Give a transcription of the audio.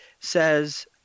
says